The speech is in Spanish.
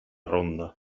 ronda